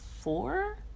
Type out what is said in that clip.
four